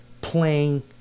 playing